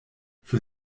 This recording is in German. für